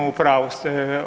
U pravu ste.